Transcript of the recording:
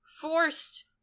forced